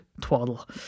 twaddle